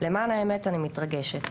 למען האמת אני מתרגשת,